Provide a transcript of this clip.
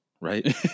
right